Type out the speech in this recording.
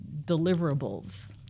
deliverables